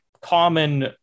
common